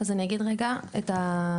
אז אני אגיד רגע, מספרים.